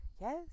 Yes